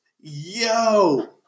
yo